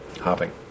hopping